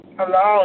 Hello